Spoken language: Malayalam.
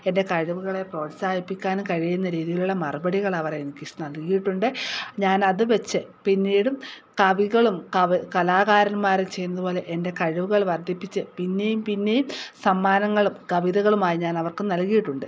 എന്റെ കഴിവുകളെ പ്രോത്സാഹിപ്പിക്കാനും കഴിയുന്ന രീതിയിലുള്ള മറുപടികൾ അവർ എനിക്ക് നല്കിയിട്ടുണ്ട് ഞാൻ അതു വച്ച് പിന്നീടും കവികളും കലാകാരന്മാരും ചെയ്യുന്നത് പോലെ എന്റെ കഴിവുകൾ വർദ്ധിപ്പിച്ച് പിന്നെയും പിന്നെയും സമ്മാനങ്ങളും കവിതകളുമായി ഞാൻ അവർക്ക് നല്കിയിട്ടുണ്ട്